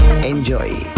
Enjoy